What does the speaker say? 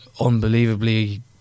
unbelievably